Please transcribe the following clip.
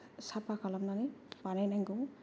साफा खालामनानै बानायनांगौ